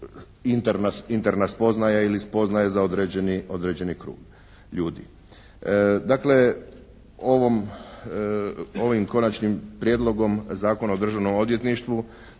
interna spoznaja ili spoznaja za određeni krug ljudi. Dakle ovom, ovim Konačnim prijedlogom zakona o Državnom odvjetništvu